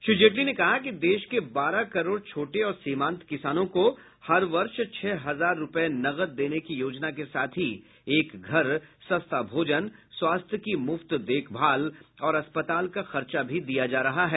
श्री जेटली ने कहा कि देश के बारह करोड़ छोटे और सीमांत किसानों को हर वर्ष छह हजार रूपये नकद देने की योजना के साथ ही एक घर सस्ता भोजन स्वास्थ्य की मुफ्त देखभाल और अस्पताल का खर्चा भी दिया जा रहा है